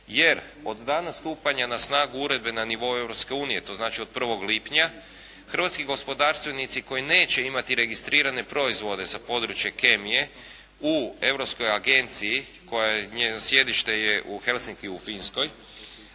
jer od dana stupanja na snagu uredbe na nivou Europske unije, to znači od 1. lipnja, hrvatski gospodarstvenici koji neće imati registrirane proizvode sa područja kemije u europskoj agenciji koja je, njeno sjedište je u Helsinkiju u Finskoj,